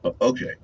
Okay